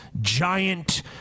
giant